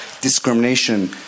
discrimination